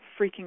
freaking